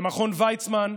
במכון ויצמן,